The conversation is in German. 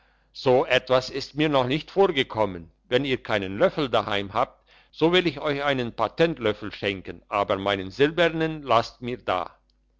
so etwas ist mir noch nicht vorgekommen wenn ihr keinen löffel daheim habt so will ich euch einen patentlöffel schenken aber meinen silbernen lasst mir da